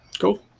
cool